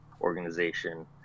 organization